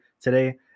today